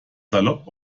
salopp